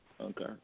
okay